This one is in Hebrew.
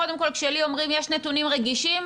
קודם כל כשלי אומרים שיש נתונים רגישים,